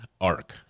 arc